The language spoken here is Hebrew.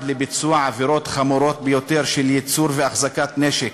לביצוע עבירות חמורות ביותר של ייצור נשק